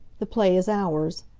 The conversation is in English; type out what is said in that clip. the play is ours.